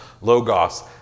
logos